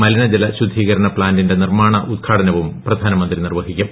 മലിനജല ശുദ്ധീകരണ പ്പാന്റിന്റെ നിർമ്മാണ ഉദ്ഘാടനവും പ്രധാനമന്തി നിർവ്വഹിക്കും